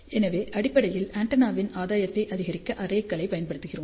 எனவே அடிப்படையில் ஆண்டெனாவின் ஆதாயத்தை அதிகரிக்க அரேக்களைப் பயன்படுத்துகிறோம்